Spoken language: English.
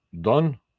done